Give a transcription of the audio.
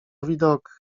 widok